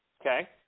Okay